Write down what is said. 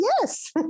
yes